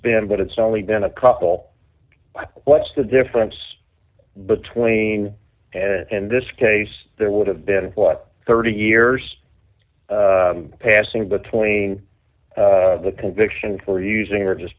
been but it's only been a couple what's the difference between and in this case there would have been thirty years passing between the conviction for using or just